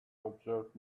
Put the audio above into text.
observed